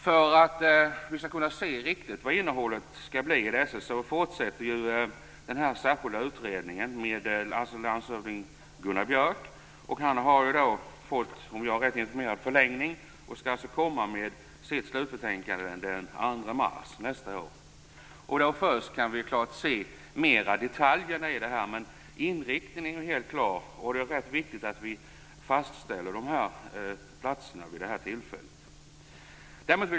För att vi riktigt skall kunna se vad innehållet blir fortsätter den särskilda utredningen med landshövding Gunnar Björk. Han har, om jag är rätt informerad, i dag fått förlängning och skall komma med sitt slutbetänkande den 2 mars nästa år. Då först kan vi se detaljerna. Men inriktningen är helt klar. Det är viktigt att vi fastställer platserna vid det här tillfället.